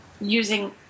using